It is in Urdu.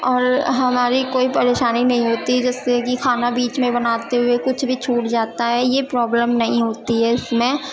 اور ہمارے کوئی پریشانی نہیں ہوتی جیسے کہ کھانا بیچ میں بناتے ہوئے کچھ بھی چھوٹ جاتا ہے یہ پرابلم نہیں ہوتی ہے اس میں